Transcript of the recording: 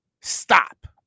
stop